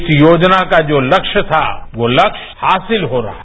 इस योजनाका जो लक्ष्य था वो लक्ष्य हासिल हो रहा है